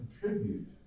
contribute